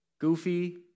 goofy